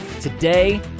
today